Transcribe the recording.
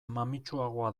mamitsuagoa